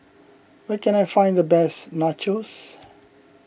where can I find the best Nachos